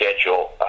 schedule